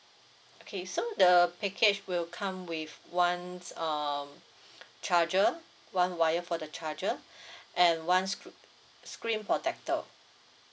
okay so the package will come with one um charger one wire for the charger and one scre~ screen protector